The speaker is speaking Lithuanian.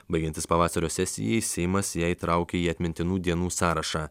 baigiantis pavasario sesijai seimas ją įtraukė į atmintinų dienų sąrašą